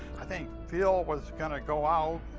i think phil was gonna go out.